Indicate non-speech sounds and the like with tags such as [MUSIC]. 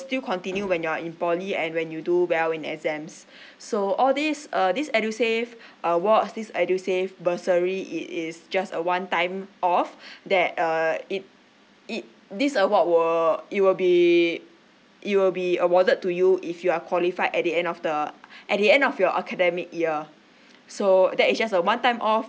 still continue when you are in poly and when you do well in exams [BREATH] so all this err this edusave awards this edusave bursary it is just a one time off [BREATH] that uh it it this award were it will be it will be awarded to you if you are qualified at the end of the at the end of your academic year so that is just a one time off